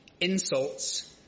insults